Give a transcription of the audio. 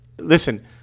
Listen